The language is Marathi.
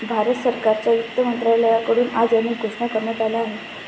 भारत सरकारच्या वित्त मंत्रालयाकडून आज अनेक घोषणा करण्यात आल्या आहेत